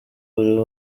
buri